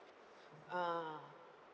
ah